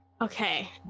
Okay